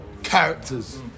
characters